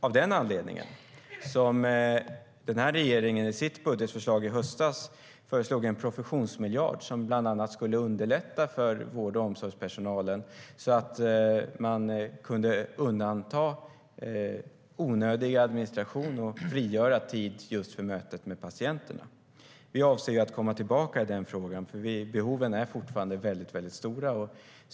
Av den anledningen föreslog regeringen i sitt budgetförslag i höstas en professionsmiljard som bland annat skulle underlätta för vård och omsorgspersonalen genom att onödig administration kunde undantas och därmed frigöra tid för mötet med patienterna. Vi avser att komma tillbaka i den frågan, för behoven är fortfarande stora.